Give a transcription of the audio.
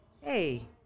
hey